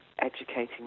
educating